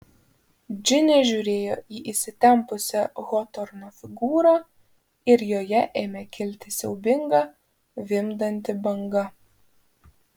džinė žiūrėjo į įsitempusią hotorno figūrą ir joje ėmė kilti siaubinga vimdanti banga